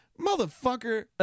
Motherfucker